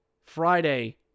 Friday